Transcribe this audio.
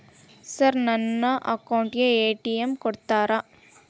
Sir ನನ್ನ account ಗೆ ATM ಕೊಡುತ್ತೇರಾ?